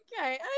Okay